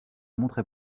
montrait